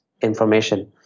information